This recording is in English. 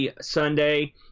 Sunday